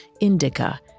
Indica